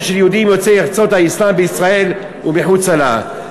של יהודים יוצאי ארצות האסלאם בישראל ומחוצה לה.